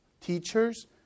teachers